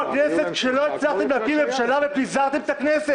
ראש ממשלה יכול להמשיך ולכהן גם כשיש כתב אישום.